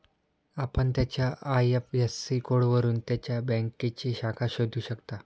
आपण त्याच्या आय.एफ.एस.सी कोडवरून त्याच्या बँकेची शाखा शोधू शकता